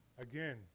Again